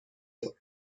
دار